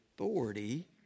authority